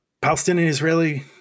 Palestinian-Israeli